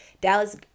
Dallas